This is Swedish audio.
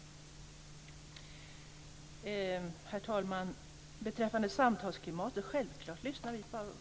Tack!